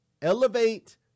Elevate